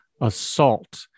assault